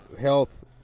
Health